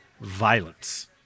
violence